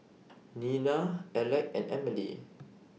Nina Alec and Emilee